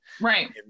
right